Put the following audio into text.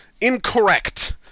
incorrect